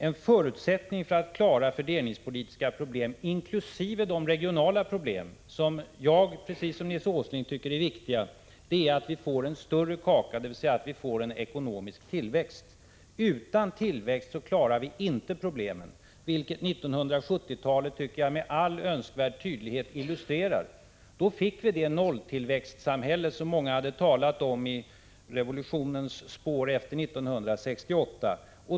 En förutsättning för att klara fördelningspolitiska problem, inkl. de regionala problem som jag precis som Nils G. Åsling tycker är viktiga, är att vi får en större kaka, dvs. att vi får en ekonomisk tillväxt. Utan tillväxt klarar vi inte problemen, vilket jag tycker 1970-talet med all önskvärd tydlighet illustrerar. Då fick vi det nolltillväxtsamhälle som många hade talat om, i revolutionens spår efter 1968.